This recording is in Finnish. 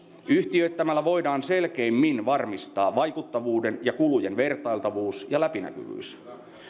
yhtiöittämällä voidaan selkeimmin varmistaa vaikuttavuuden ja kulujen vertailtavuus ja läpinäkyvyys